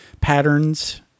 patterns